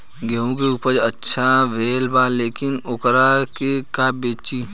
गेहूं के उपज अच्छा भेल बा लेकिन वोकरा के कब बेची?